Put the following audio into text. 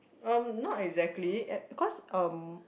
um not exactly at because um